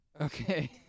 Okay